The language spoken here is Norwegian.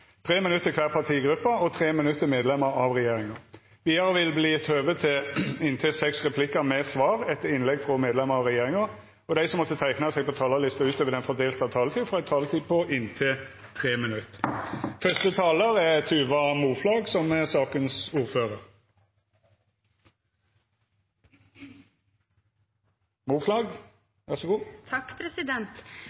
minutt til kvar partigruppe og 3 minutt til medlemer av regjeringa. Vidare vil det verta høve til inntil seks replikkar med svar etter innlegg frå medlemer av regjeringa, og dei som måtte teikna seg på talarlista utover den fordelte taletida, får ei taletid på inntil 3 minutt.